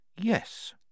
Yes